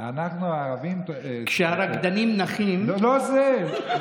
אנחנו הערבים, כשהרקדנים נחים, לא, לא זה.